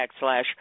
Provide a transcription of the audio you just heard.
backslash